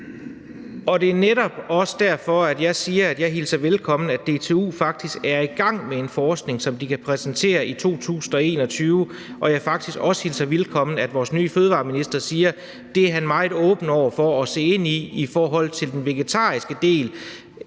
Det er netop også derfor, jeg siger, at jeg hilser det velkommen, at DTU faktisk er i gang med en forskning, som de kan præsentere i 2021, og at jeg også hilser det velkommen, at vores nye fødevareminister siger, at han er meget åben over for at se på den vegetariske del